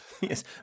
Yes